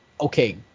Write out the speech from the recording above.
okay